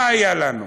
מה היה לנו?